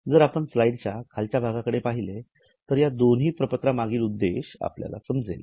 जर आपण स्लाइडच्या खालच्या भागाकडे पाहिले तर या दोन्ही प्रपत्र मागील उद्देश आपणास समजेल